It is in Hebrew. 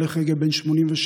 הולך רגל בן 87,